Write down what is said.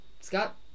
Scott